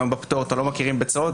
היום בפטור לא מכירים בהוצאות,